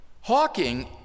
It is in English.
Hawking